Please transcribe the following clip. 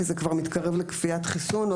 כי זה כבר מתקרב לכפיית חיסון,